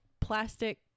plastic